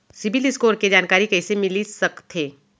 CIBIL score के जानकारी कइसे मिलिस सकथे?